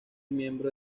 miembro